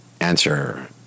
answer